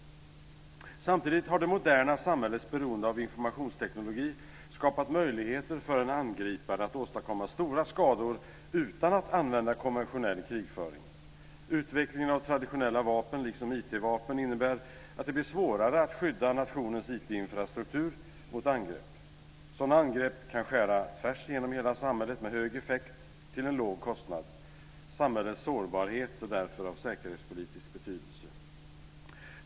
Samtidigt har det moderna samhällets beroende av informationsteknologi skapat möjligheter för en angripare att åstadkomma stora skador utan att använda konventionell krigföring. Utvecklingen av traditionella vapen liksom IT-vapen innebär att det blir svårare att skydda nationens IT-infrastruktur mot angrepp. Sådana angrepp kan skära tvärs igenom hela samhället med hög effekt till en låg kostnad. Samhällets sårbarhet är därför av säkerhetspolitisk betydelse.